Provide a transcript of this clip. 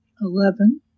Eleven